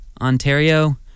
Ontario